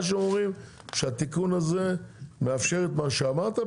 אומרים שהתיקון הזה מאפשר את מה שאמרת,